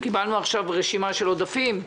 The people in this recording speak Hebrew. קיבלנו עכשיו רשימה של עודפים.